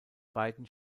beiden